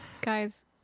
Guys